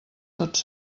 tots